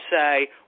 say